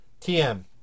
TM